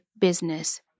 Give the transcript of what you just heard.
business